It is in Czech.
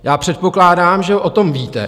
Já předpokládám, že o tom víte.